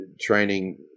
training